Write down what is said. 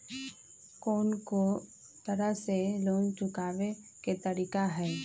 कोन को तरह से लोन चुकावे के तरीका हई?